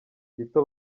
gito